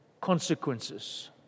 consequences